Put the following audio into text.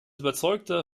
überzeugter